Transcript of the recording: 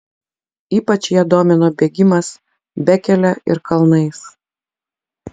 ypač ją domino bėgimas bekele ir kalnais